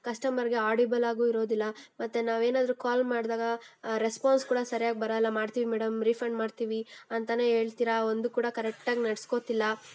ಕಸ್ಟಮರ್ಗೆ ಆಡಿಬಲ್ ಆಗೂ ಇರೋದಿಲ್ಲ ಮತ್ತು ನಾವು ಏನಾದರೂ ಕಾಲ್ ಮಾಡಿದಾಗ ರೆಸ್ಪಾನ್ಸ್ ಕೂಡ ಸರ್ಯಾಗಿ ಬರೋಲ್ಲ ಮಾಡ್ತೀವಿ ಮೇಡಮ್ ರೀಫಂಡ್ ಮಾಡ್ತೀವಿ ಅಂತಲೇ ಹೇಳ್ತೀರ ಒಂದೂ ಕೂಡ ಕರೆಕ್ಟಾಗಿ ನಡೆಸ್ಕೋತಿಲ್ಲ